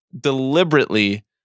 deliberately